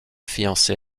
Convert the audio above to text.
fiancé